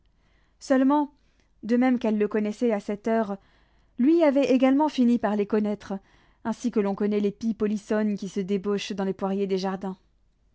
seulement de même qu'elles le connaissaient à cette heure lui avait également fini par les connaître ainsi que l'on connaît les pies polissonnes qui se débauchent dans les poiriers